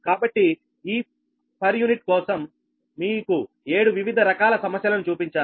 కాబట్టి ఈ per unit కోసం మీకు ఏడు వివిధ రకాల సమస్యలను చూపించాను